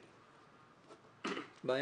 זאת בעיה?